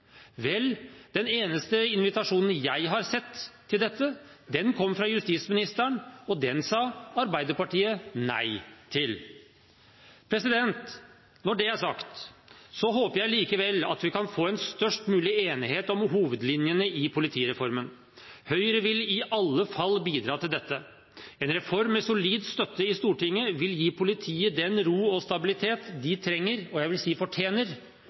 Vel, den eneste invitasjonen jeg har sett til dette, kommer fra justisministeren, og den sa Arbeiderpartiet nei til. Når det er sagt, håper jeg likevel at vi kan få en størst mulig enighet om hovedlinjene i politireformen. Høyre vil i alle fall bidra til dette. En reform med solid støtte i Stortinget vil gi politiet den ro og stabilitet de trenger – og jeg vil si fortjener